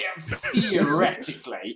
theoretically